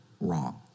wrong